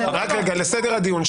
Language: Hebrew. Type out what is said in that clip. רק רגע לסדר הדיון,